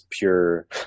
pure